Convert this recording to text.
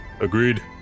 agreed